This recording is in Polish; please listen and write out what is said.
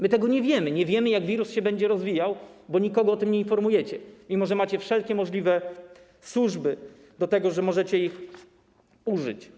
My tego nie wiemy, nie wiemy, jak wirus się będzie rozwijał, bo nikogo o tym nie informujecie, mimo że macie wszelkie możliwe służby i że możecie ich użyć.